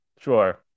Sure